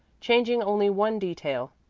changing only one detail.